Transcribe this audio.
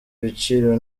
by’ibiciro